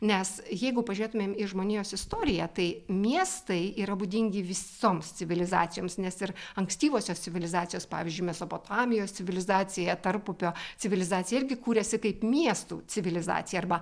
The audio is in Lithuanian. nes jeigu pažiūrėtumėm į žmonijos istoriją tai miestai yra būdingi visoms civilizacijoms nes ir ankstyvosios civilizacijos pavyzdžiui mesopotamijos civilizacija tarpupio civilizacija irgi kūrėsi kaip miestų civilizacija arba